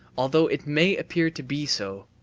although it may appear to be so.